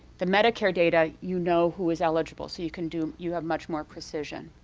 the medicare data, you know who is eligible, so you can do you have much more precision.